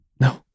No